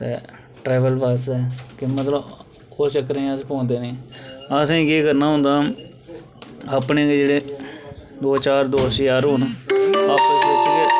treble आस्तै के मतलब ओह् चक्करें च अस पौंदे नेईं असें केह् करना होंदा दै अपने जेह्ड़े दो चार जेह्ड़े यार दोस्त होन